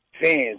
Fans